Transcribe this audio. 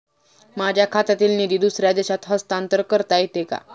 माझ्या खात्यातील निधी दुसऱ्या देशात हस्तांतर करता येते का?